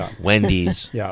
Wendy's